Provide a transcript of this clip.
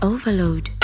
Overload